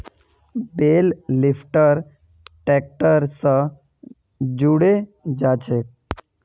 बेल lifter tractor स जुड़े जाछेक